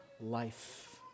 life